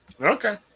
Okay